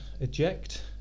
eject